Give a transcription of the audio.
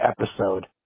episode